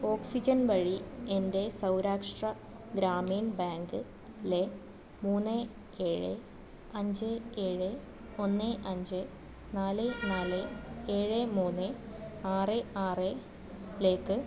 oxygen വഴി എൻ്റെ Saurashtra Gramin bank ലെ മൂന്ന് ഏഴ് അഞ്ച് ഏഴ് ഒന്ന് അഞ്ച് നാല് നാല് ഏഴ് മൂന്ന് ആറ് ആറ് ലേക്ക്